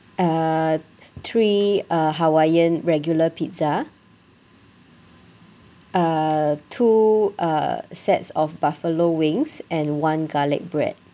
uh three uh hawaiian regular pizza uh two uh sets of buffalo wings and one garlic bread